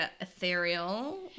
ethereal